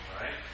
right